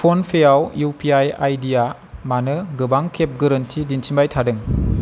फ'नपेयाव U P I I D आ मानो गोबां खेब गोरोन्थि दिन्थिबाय थादों